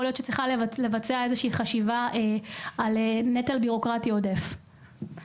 להיות שיש לחשוב פה על סינון בירוקרטיה עודפת.